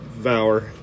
vower